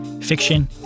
fiction